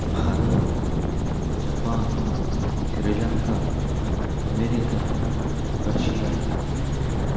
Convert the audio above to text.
Bharat Japan Sri Lanka America Russia